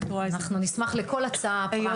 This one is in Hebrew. אנחנו נשמח לכל הצעה פרקטית.